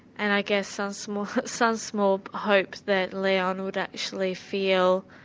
and i guess some small some small hope that leon would actually feel